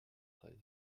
treize